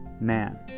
man